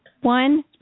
one